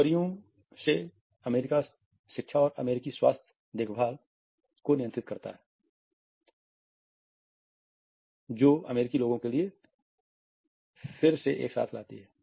नौकरियों से अमेरिका शिक्षा और अमेरिकी स्वास्थ्य देखभाल लागत को नियंत्रित करता है जो अमेरिकी लोगों को फिर से एक साथ लाती है